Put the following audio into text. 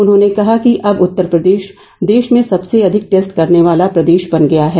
उन्होंने कहा कि अब उत्तर प्रदेश देश में सबसे अधिक टेस्ट करने वाला प्रदेश बन गया है